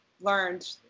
learned